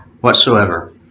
whatsoever